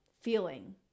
feeling